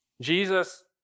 Jesus